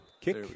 kick